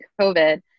COVID